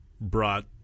brought